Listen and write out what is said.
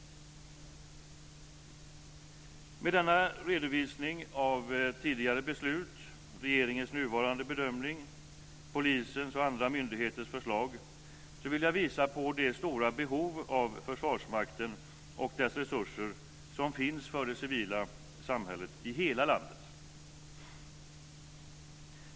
Med denna redovisning av tidigare beslut, regeringens nuvarande bedömning, Polisens och andra myndigheters förslag vill jag visa på det stora behov som finns av Försvarsmakten och dess resurser för det civila samhället i hela landet.